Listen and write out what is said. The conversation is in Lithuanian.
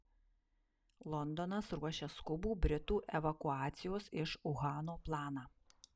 londonas ruošia skubų britų evakuacijos iš uhano planą